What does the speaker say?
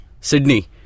Sydney